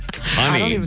Honey